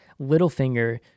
Littlefinger